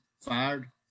fired